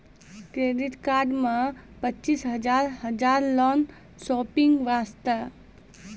Credit card मे पचीस हजार हजार लोन शॉपिंग वस्ते?